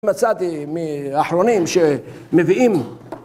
מצאתי מאחרונים שמביאים